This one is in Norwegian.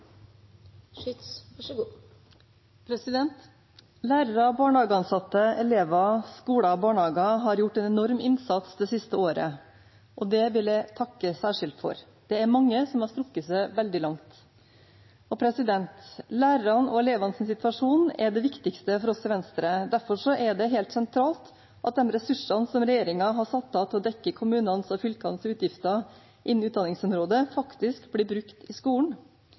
Lærere, barnehageansatte, elever, skoler og barnehager har gjort en enorm innsats det siste året, og det vil jeg takke særskilt for. Det er mange som har strukket seg veldig langt. Lærernes og elevenes situasjon er det viktigste for oss i Venstre. Derfor er det helt sentralt at de ressursene regjeringen har satt av til å dekke kommunenes og fylkenes utgifter innen utdanningsområdet, faktisk blir brukt i skolen.